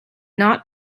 not